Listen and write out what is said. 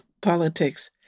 politics